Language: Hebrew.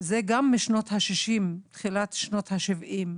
זה משנות ה-60, תחילת שנות ה-70,